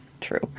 True